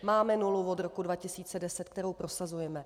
Máme nulu od roku 2010, kterou prosazujeme.